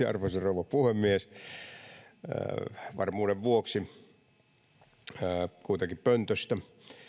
arvoisa rouva puhemies varmuuden vuoksi puhun kuitenkin pöntöstä